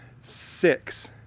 six